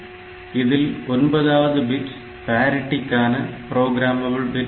இதில் ஒன்பதாவது பிட் பாரிட்டிக்கான ப்ரோக்ராமபிள் பிட் ஆகும்